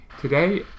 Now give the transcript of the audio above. Today